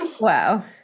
Wow